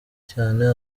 cyane